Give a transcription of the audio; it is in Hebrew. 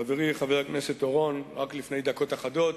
חברי חבר הכנסת אורון, רק לפני דקות אחדות.